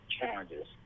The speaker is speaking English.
challenges